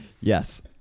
Yes